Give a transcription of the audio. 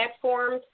platforms